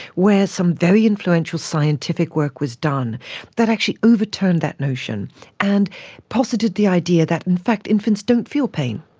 where some very influential scientific work was done that actually overturned that notion and posited the idea that in fact infants don't feel pain,